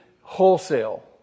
wholesale